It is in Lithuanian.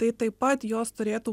tai taip pat jos turėtų